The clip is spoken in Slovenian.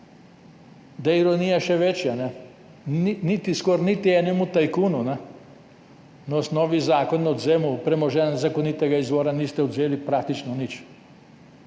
Da je ironija še večja, skoraj niti enemu tajkunu na osnovi Zakona o odvzemu premoženja nezakonitega izvora niste odvzeli praktično nič.